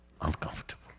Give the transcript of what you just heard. uncomfortable